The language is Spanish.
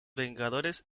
vengadores